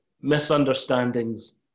misunderstandings